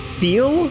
feel